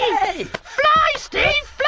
fly steve,